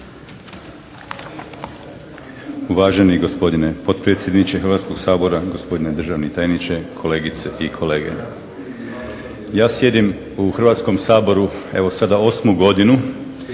Uvaženi gospodine potpredsjedniče Hrvatskog sabora, gospodine državni tajniče, kolegice i kolege zastupnici. Ja sjedim u Hrvatskom saboru evo sada osmu godinu